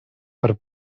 per